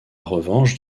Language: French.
revanche